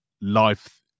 life